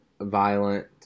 violent